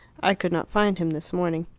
i could not find him this morning.